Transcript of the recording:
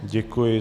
Děkuji.